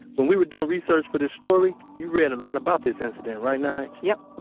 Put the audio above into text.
when we were doing research for this story, you read a lot about this incident, right nige? yup,